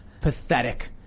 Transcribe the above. Pathetic